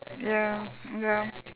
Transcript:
ya ya